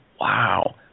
wow